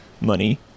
money